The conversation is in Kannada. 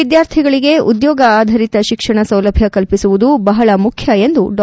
ವಿದ್ಯಾರ್ಥಿಗಳಿಗೆ ಉದ್ಯೋಗ ಆಧರಿತ ಶಿಕ್ಷಣ ಸೌಲಭ್ಯ ಕಲ್ಪಿಸುವುದು ಬಹಳ ಮುಖ್ಯ ಎಂದು ಡಾ